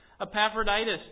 Epaphroditus